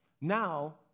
Now